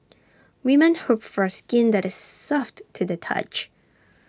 women hope for skin that is soft to the touch